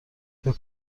فکر